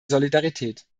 solidarität